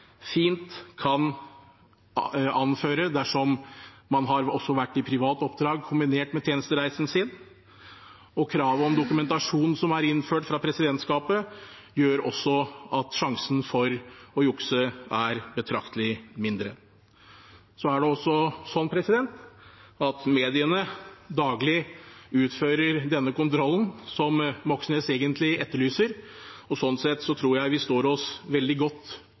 fint kan anføre det dersom man også har vært i privat oppdrag kombinert med tjenestereisen sin, og kravet om dokumentasjon som er innført fra presidentskapet, gjør også at sjansen for å jukse er betraktelig mindre. Så er det også sånn at mediene daglig utfører den kontrollen som Moxnes egentlig etterlyser. Sånn sett tror jeg vi står oss veldig godt